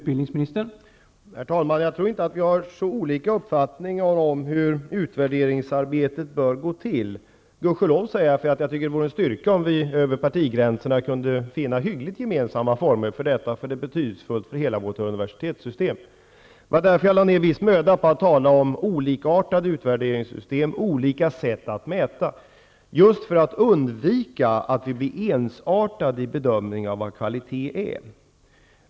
Herr talman! Jag tror inte att vi har så olika uppfattningar om hur utvärderingsarbetet bör gå till -- gudskelov, för jag tycker att det vore en styrka om vi över partigränserna kunde finna hyggligt gemensamma former för detta; det är betydelsefullt för hela vårt universitetssystem. Det var därför jag lade ned en viss möda på att tala om olikartade utvärderingssystem, olika sätt att mäta, just för att undvika att vi blir ensartade när det gäller bedömningen av vad kvalitet är.